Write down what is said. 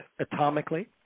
atomically